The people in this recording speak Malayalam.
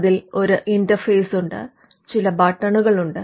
അതിന് ഒരു ഇന്റർഫേസ് ഉണ്ട് ചില ബട്ടണുകളുണ്ട്